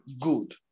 good